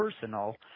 personal